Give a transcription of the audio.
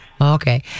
Okay